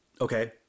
Okay